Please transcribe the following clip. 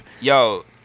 Yo